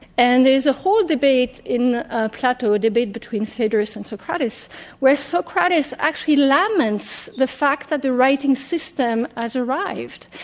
and there is a whole debate in plato, a debate between cedarus and socrates where socrates actually laments the fact that the writing system has arrived,